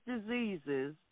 diseases